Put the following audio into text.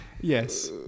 Yes